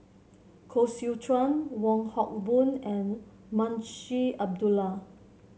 Koh Seow Chuan Wong Hock Boon and Munshi Abdullah